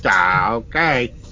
okay